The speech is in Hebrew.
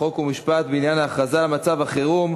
חוק ומשפט בעניין הכרזה על מצב חירום.